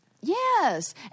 yes